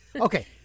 Okay